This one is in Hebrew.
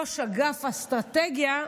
ראש אגף אסטרטגיה,